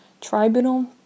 tribunal